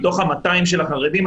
מתוך 200 של החרדים.